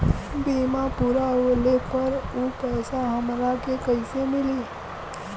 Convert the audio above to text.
बीमा पूरा होले पर उ पैसा हमरा के कईसे मिली?